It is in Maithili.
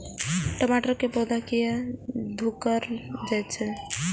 टमाटर के पौधा किया घुकर जायछे?